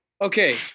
Okay